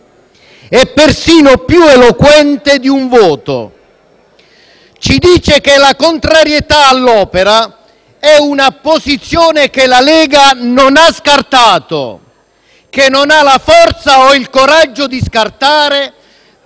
è persino più eloquente di un voto. Ci dice che la contrarietà all'opera è una posizione che la Lega non ha scartato o che non ha la forza o il coraggio di scartare